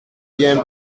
bien